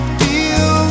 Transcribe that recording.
feel